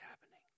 happening